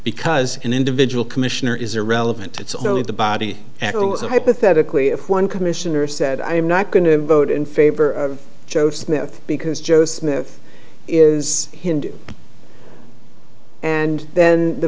because an individual commissioner is irrelevant it's only the body that hypothetically if one commissioner said i'm not going to vote in favor of joe smith because joe smith is hindu and then the